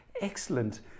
excellent